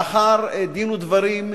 לאחר דין ודברים,